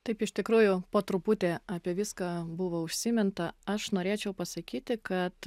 taip iš tikrųjų po truputį apie viską buvo užsiminta aš norėčiau pasakyti kad